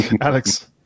Alex